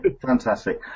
Fantastic